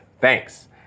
Thanks